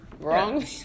wrong